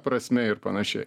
prasme ir panašiai